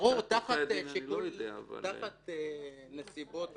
ברור, תחת נסיבות וכו'.